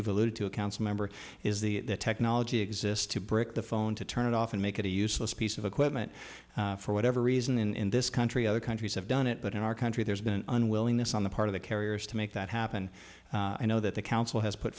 alluded to a council member is the technology exists to break the phone to turn it off and make it a useless piece of equipment for whatever reason in this country other countries have done it but in our country there's been an unwillingness on the part of the carriers to make that happen and know that the council has put